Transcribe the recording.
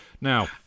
Now